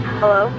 hello